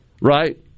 right